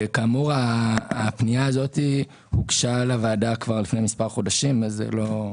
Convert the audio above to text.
כאמור הפנייה הזאת הוגשה לוועדה כבר לפני מספר חודשים וזה לא קשור.